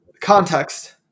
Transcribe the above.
Context